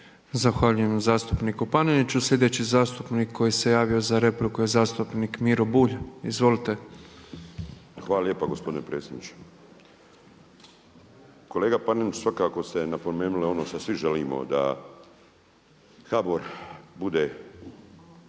Zahvaljujem zastupniku Paneniću. Sljedeći zastupnik koji se javio za repliku je zastupnik Miro Bulj, izvolite. **Bulj, Miro (MOST)** Hvala lijepo gospodine predsjedniče. Kolega Panenić, svakako ste napomenuli ono što svi želimo da HBOR bude